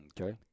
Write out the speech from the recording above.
Okay